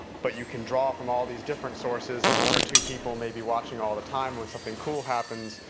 but you can draw from all these different sources, and one or two people may be watching all the time when something cool happens,